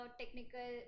technical